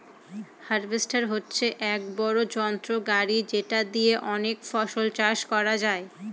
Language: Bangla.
হার্ভেস্টর হচ্ছে এক বড়ো যন্ত্র গাড়ি যেটা দিয়ে অনেক ফসল চাষ করা যায়